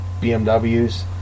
BMWs